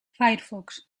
firefox